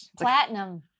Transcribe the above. platinum